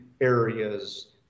areas